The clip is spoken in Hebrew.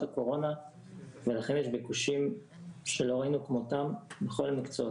הקורונה ולכן יש ביקושים שלא ראינו כמותם בכל המקצועות.